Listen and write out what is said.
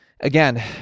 again